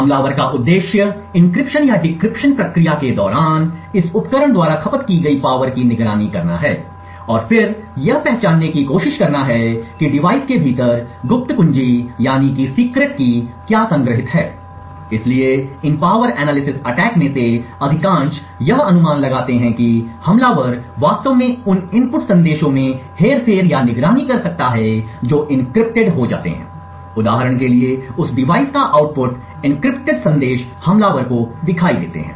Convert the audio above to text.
हमलावर का उद्देश्य एन्क्रिप्शन या डिक्रिप्शन प्रक्रिया के दौरान इस उपकरण द्वारा खपत की गई शक्ति की निगरानी करना है और फिर यह पहचानने की कोशिश करना है कि डिवाइस के भीतर गुप्त कुंजी क्या संग्रहीत है इसलिए इन पावर एनालिसिस अटैक में से अधिकांश यह अनुमान लगाते हैं कि हमलावर वास्तव में उन इनपुट संदेशों में हेरफेर या निगरानी कर सकता है जो एन्क्रिप्टेड हो जाते हैं उदाहरण के लिए उस डिवाइस का आउटपुट एन्क्रिप्टेड संदेश हमलावर को दिखाई देते हैं